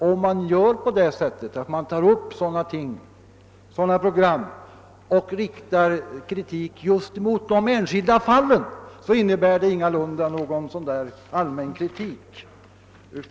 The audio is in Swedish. Om man på detta sätt riktar kritik mot enskilda fall innebär det ingalunda någon allmän kritik.